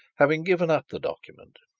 having given up the document,